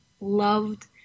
loved